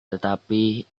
tetapi